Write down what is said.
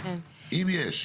אם יש.